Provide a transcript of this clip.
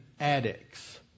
addicts